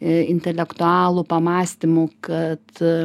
intelektualų pamąstymų kad